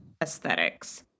aesthetics